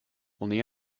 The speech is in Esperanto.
oni